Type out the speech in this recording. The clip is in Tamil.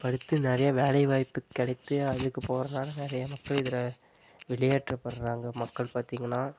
படித்து நிறைய வேலை வாய்ப்பு கிடைத்து அதுக்கு போகிறதுனால நிறைய மக்கள் இதில் வெளியேற்றப்பட்கிறாங்க மக்கள் பார்த்தீங்கன்னா